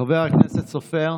חבר הכנסת סופר,